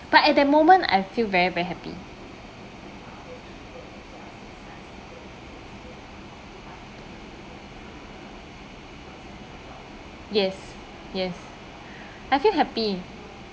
but at that moment I feel very very happy yes yes I feel happy